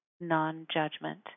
non-judgment